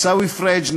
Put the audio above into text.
עיסאווי פריג',